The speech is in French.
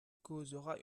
causera